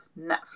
netflix